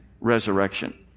resurrection